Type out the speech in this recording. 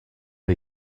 are